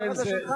מתחת לשולחן,